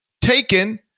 taken